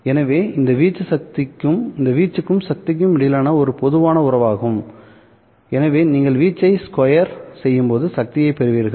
எனவே இது வீச்சுக்கும் சக்திக்கும் இடையிலான ஒரு பொதுவான உறவாகும் எனவே நீங்கள் வீச்சை ஸ்கொயர் செய்யும்போது சக்தியைப் பெறுவீர்கள்